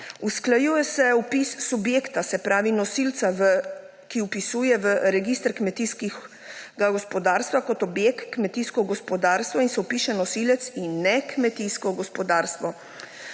Usklajuje se vpis subjekta, se pravi nosilca, ki vpisuje v register kmetijskega gospodarstva kot objekt kmetijsko gospodarstvo in se vpiše nosilec in ne kmetijsko gospodarstvo.